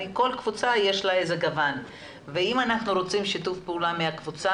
לכל קבוצה יש איזה שהוא גוון ואם אנחנו רוצים שיתוף פעולה של הקבוצה